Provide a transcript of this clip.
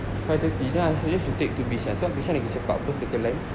five thirty then I suggest you to take to bishan sebab bishan lagi cepat apa sebab second line